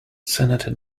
senator